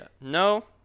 no